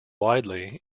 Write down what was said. widely